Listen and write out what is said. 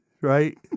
Right